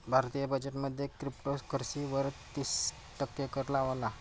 भारतीय बजेट मध्ये क्रिप्टोकरंसी वर तिस टक्के कर लावला